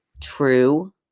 True